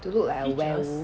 to look like a werewolf